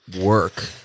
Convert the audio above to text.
work